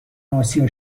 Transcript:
اسیا